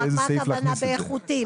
מהי הכוונה ב-"איכותי"?